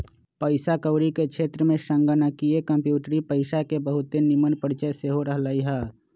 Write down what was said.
पइसा कौरी के क्षेत्र में संगणकीय कंप्यूटरी पइसा के बहुते निम्मन परिचय सेहो रहलइ ह